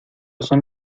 son